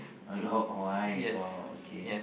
a lot why oh okay